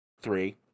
three